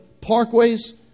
parkways